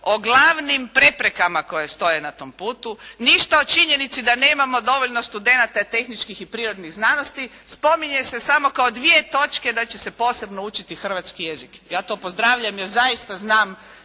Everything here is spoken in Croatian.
o glavnim preprekama koje stoje na tom putu, ništa o činjenici da nemamo dovoljno studenata tehničkih i prirodnih znanosti. Spominje se samo kao dvije točke da će se posebno učiti hrvatski jezik. Ja to pozdravljam jer zaista znam